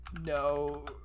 No